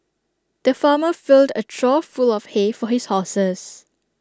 the farmer filled A trough full of hay for his horses